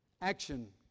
action